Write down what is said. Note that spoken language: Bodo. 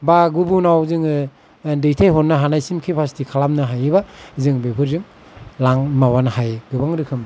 बा गुबुनाव जोङो दैथायहरनो हानायसिम केपासिति खालामनो हायोबा जों बेफोरजों लां माबानो हायो गोबां रोखोम